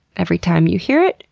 every time you hear it,